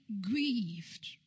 grieved